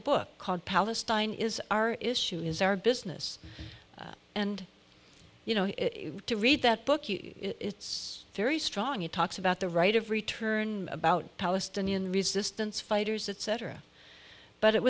book called palestine is our issue is our business and you know to read that book you it's very strong it talks about the right of return about palestinian resistance fighters etc but it